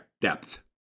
depth